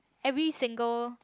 every single